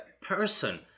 person